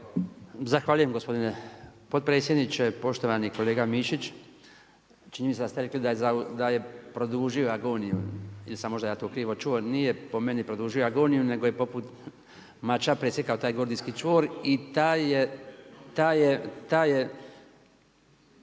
Zahvaljujem gospodine potpredsjedniče. Poštovani kolega Mišić. Čini mi ste da ste rekli da je produžio agoniju ili sam možda ja to krivo čuo. Nije po meni produžio agoniju nego je poput mača presjekao taj gordijski čvor i taj je